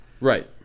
Right